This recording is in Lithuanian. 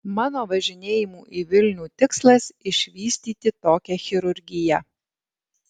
mano važinėjimų į vilnių tikslas išvystyti tokią chirurgiją